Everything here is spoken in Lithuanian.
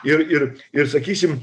ir ir ir sakysim